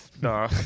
No